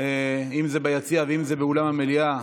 אם זה ביציע ואם זה באולם המליאה.